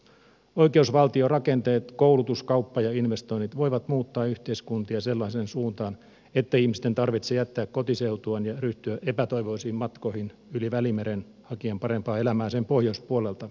oikeusvaltiorakenteet koulutus kauppa ja investoinnit voivat muuttaa yhteiskuntia sellaiseen suuntaan ettei ihmisten tarvitse jättää kotiseutuaan ja ryhtyä epätoivoisiin matkoihin yli välimeren hakien parempaa elämää sen pohjoispuolelta